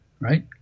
right